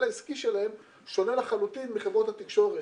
העסקי שלהן שונה לחלוטין מחברות התקשורת,